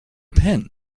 pen